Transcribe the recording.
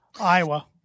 iowa